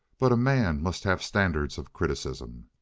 but a man must have standards of criticism.